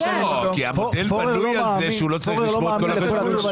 כי המודל בנוי על זה שהוא לא צריך לשמור את כל החשבוניות.